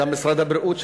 גם משרד הבריאות,